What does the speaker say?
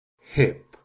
hip